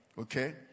Okay